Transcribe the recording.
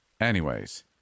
Anyways